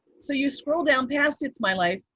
so you scroll down past it's my life.